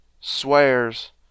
swears